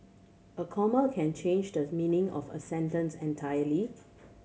a comma can change does meaning of a sentence entirely